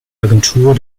agentur